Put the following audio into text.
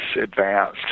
advanced